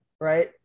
right